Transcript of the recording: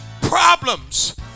problems